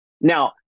Now